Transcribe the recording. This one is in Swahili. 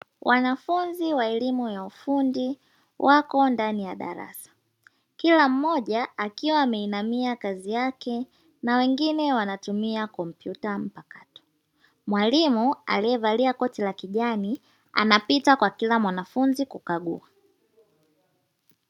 Wanafunzi wa elimu ya ufundi wako ndani ya darasa; kila mmoja akiwa ameinamia kazi yake na wengine wanatumia kompyuta mpakato. Mwalimu aliyevalia koti la kijani anapita kwa kila mwanafunzi kukagua.